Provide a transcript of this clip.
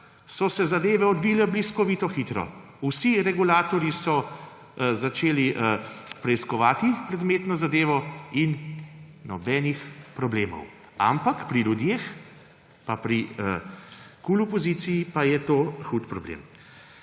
so se zadeve odvile bliskovito hitro. Vsi regulatorji so začeli preiskovati predmetno zadevo in nobenih problemov, ampak pri ljudeh, pa pri KUL opoziciji pa je to hud problem.